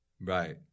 right